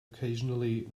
occasionally